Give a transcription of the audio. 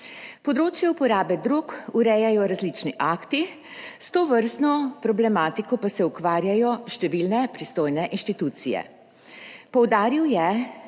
(Nadaljevanje) drog urejajo različni akti, s tovrstno problematiko pa se ukvarjajo številne pristojne inštitucije.